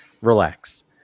relax